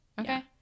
Okay